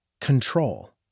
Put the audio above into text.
Control